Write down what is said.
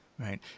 Right